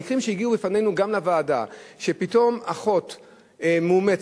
המקרים שהגיעו לפנינו גם לוועדה: שפתאום אחות מאומצת,